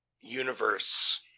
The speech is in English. universe